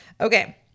okay